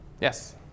Yes